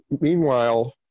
Meanwhile